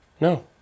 no